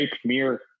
Premier –